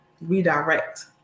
redirect